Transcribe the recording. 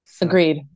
Agreed